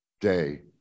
Day